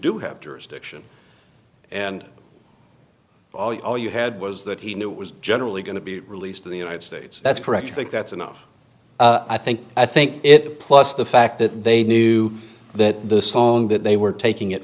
do have jurisdiction and all you had was that he knew it was generally going to be released to the united states that's correct i think that's enough i think i think it plus the fact that they knew that the song that they were taking it